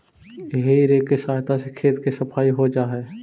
हेइ rake के सहायता से खेत के सफाई हो जा हई